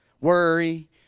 worry